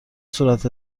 صورت